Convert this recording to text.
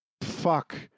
fuck